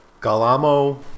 Galamo